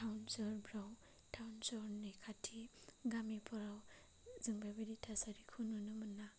थाउन सहरफ्राव थावन सहरनि खाथि गामिफोराव जों बेबादि थासारिखौ नुनो मोना